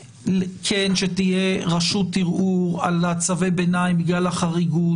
שתהיה רשות ערעור על צווי ביניים בגלל החריגות,